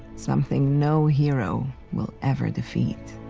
something no hero will ever defeat.